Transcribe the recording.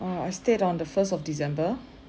uh I stayed on the first of december